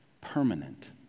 permanent